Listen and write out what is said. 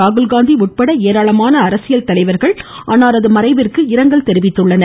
ராகுல்காந்தி உட்பட ஏராளமான அரசியல் கட்சி தலைவர்கள் அன்னாரது மறைவிற்கு இரங்கல் தெரிவித்துள்ளனர்